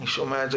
אני שומע את זה